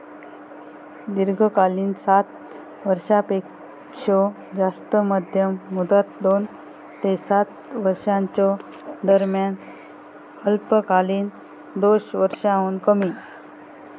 दीर्घकालीन सात वर्षांपेक्षो जास्त, मध्यम मुदत दोन ते सात वर्षांच्यो दरम्यान, अल्पकालीन दोन वर्षांहुन कमी